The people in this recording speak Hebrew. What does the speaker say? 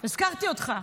הזכרתי אותך.